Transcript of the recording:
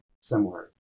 similar